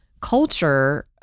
culture